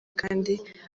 kandi